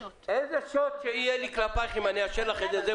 איזה שוט יהיה לי כלפייך אם אני אאשר לך את זה?